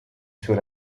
suoi